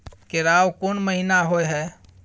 केराव कोन महीना होय हय?